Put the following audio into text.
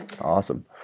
Awesome